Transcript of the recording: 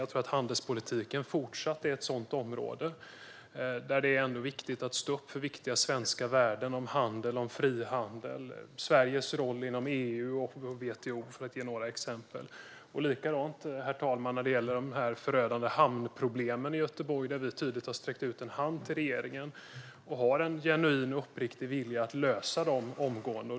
Jag tror att handelspolitiken fortsatt är ett sådant område där det är viktigt att stå upp för viktiga svenska värden om handel, frihandel, Sveriges roll inom EU och WTO, för att ge några exempel. Herr talman! Det är likadant när det gäller de förödande hamnproblemen i Göteborg. Där har vi tydligt sträckt ut en hand till regeringen och har en genuin och uppriktig vilja att lösa dem omgående.